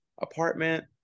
apartment